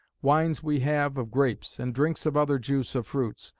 wines we have of grapes and drinks of other juice of fruits,